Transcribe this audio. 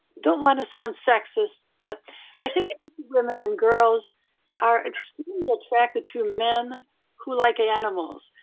don't want to sound sexist, but i think women and girls are extremely attracted to men who like animals.